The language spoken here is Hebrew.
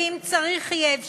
ואם צריך יהיה,